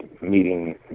meeting